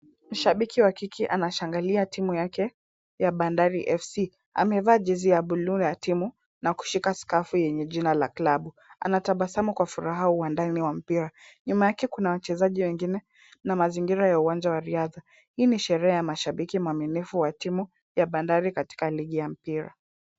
Shabiki wa kike anashangilia timu yake ya bandari FC. Amevaa jezi ya buluu na ya timu na kushika skafu yenye jina la klabu. Anatabasamu kwa furaha uwandani wa mpira. Nyuma yake, kuna wachezaji wengine na mazingira ya uwanja wa riadha. Hii ni sherehe mashabiki waaminifu wa timu ya bandari katika ligi ya mpira.